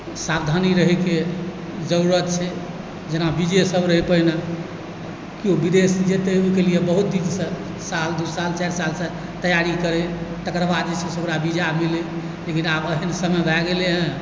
सावधानी रहैएके जरुरति छै जेना वीजे सब रहै पहिने केओ विदेश जेतै ओहिके लिए बहुत दिनसँ साल दू साल चारि सालसँ तैयारी करै तकर बाद जे छै से ओकरा वीजा मिलै लेकिन आब एहन समय भए गेलै हँ